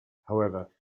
however